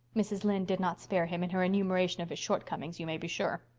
mrs. lynde did not spare him in her enumeration of his shortcomings, you may be sure.